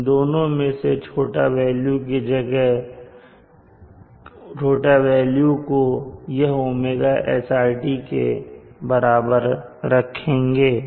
इन दोनों में से छोटा वेल्यू को यह ωSRT के बराबर रखेंगे